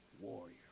warrior